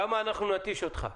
שם אנחנו נתיש אותך.